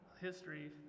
history